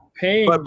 pain